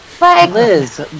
Liz